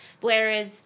whereas